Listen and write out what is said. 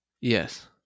Yes